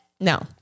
No